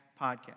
Podcast